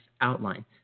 outline